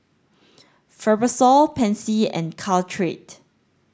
Fibrosol Pansy and Caltrate